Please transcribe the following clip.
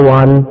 one